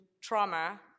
trauma